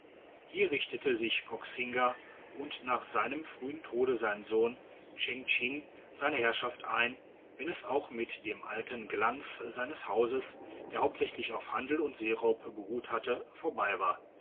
hier richtete sich koxinga und nach seinem frühen tode sein sohn chengching seine herrschaft ein wenn es auch mit dem alten glanz seines hauses der hauptsächlich auf handel und seeraub beruht hatte vorbei war